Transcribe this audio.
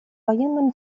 военным